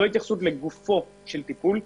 לא התייחסות לגופו של טיפול,